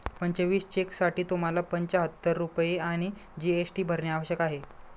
पंचवीस चेकसाठी तुम्हाला पंचाहत्तर रुपये आणि जी.एस.टी भरणे आवश्यक आहे